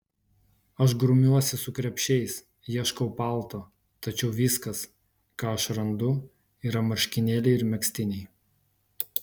aš grumiuosi su krepšiais ieškau palto tačiau viskas ką aš randu yra marškinėliai ir megztiniai